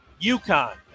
UConn